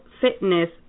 fitness